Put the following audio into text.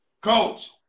Coach